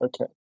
okay